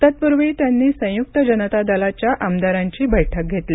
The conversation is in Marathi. तत्पूर्वी त्यांनी संयुक्त जनता दलाच्या आमदारांची बैठक घेतली